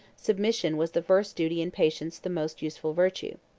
submission was the first duty, and patience the most useful virtue.